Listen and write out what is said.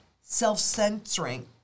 self-censoring